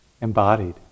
Embodied